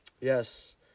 Yes